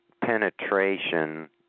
penetration